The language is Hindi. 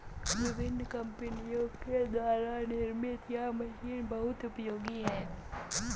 विभिन्न कम्पनियों के द्वारा निर्मित यह मशीन बहुत उपयोगी है